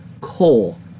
coal